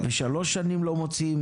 ושלוש שנים לא מוצאים,